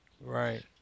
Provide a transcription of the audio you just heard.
Right